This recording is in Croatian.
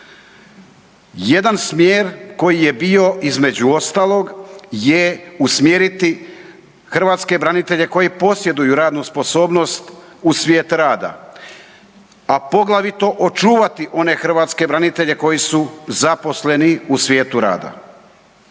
Jedan smjer koji je bio između ostalog je usmjeriti hrvatske branitelje koji posjeduju radnu sposobnost u svijet rada, a poglavito očuvati one hrvatske branitelje koji su zaposleni u svijetu rada.